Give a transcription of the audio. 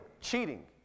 cheating